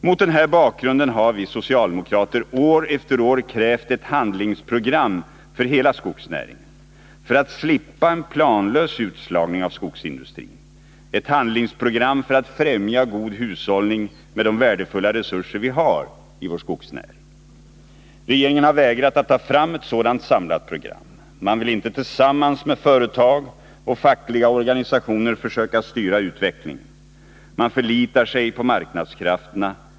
Mot den här bakgrunden har vi socialdemokrater år efter år krävt ett handlingsprogram för hela skogsnäringen för att slippa en planlös utslagning av skogsindustrin, ett handlingsprogram för att främja god hushållning med de värdefulla resurser vi har i vår skogsnäring. Regeringen har vägrat att ta fram ett sådant samlat program. Man vill inte tillsammans med företag och fackliga organisationer försöka styra utvecklingen. Man förlitar sig på marknadskrafterna.